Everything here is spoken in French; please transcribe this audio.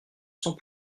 sans